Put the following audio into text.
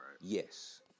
Yes